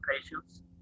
patience